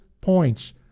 points